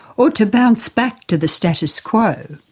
or to bounce back to the status quo.